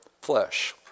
flesh